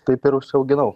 taip ir užsiauginau